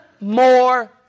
more